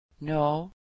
No